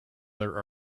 their